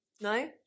No